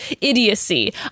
idiocy